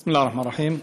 בסם אללה א-רחמאן א-רחים.